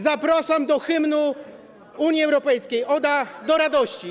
Zapraszam do hymnu Unii Europejskiej, „Oda do radości”